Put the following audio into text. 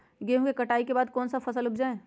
गेंहू के कटाई के बाद कौन सा फसल उप जाए?